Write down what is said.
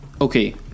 okay